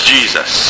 Jesus